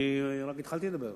אני רק התחלתי לדבר.